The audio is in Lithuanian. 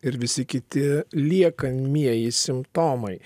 ir visi kiti liekamieji simptomai